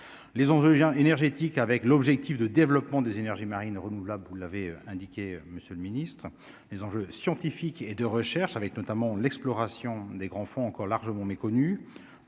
les 11 énergétique avec l'objectif de développement des énergies marines renouvelables vous l'avez indiqué monsieur le Ministre, les enjeux scientifiques et de recherches avec notamment l'exploration des grands fonds encore largement méconnu,